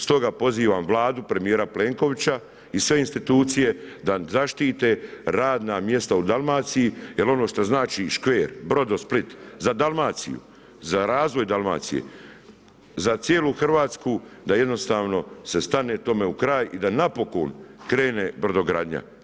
Stoga pozivam Vladu, premjera Plenkovića i sve institucije da zaštite radna mjesta u Dalmaciji, jer ono što znači škver, Brodosplit, za Dalmaciju, za razvoj Dalmacije, za cijelu Hrvatsku, da jednostavno se stane tome u kraj i da napokon krene brodogradnja.